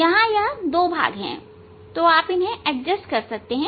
यहां यह दो भाग हैं तो आप इन्हें एडजस्ट कर सकते हैं